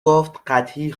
گفتقحطی